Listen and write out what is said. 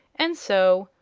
and so,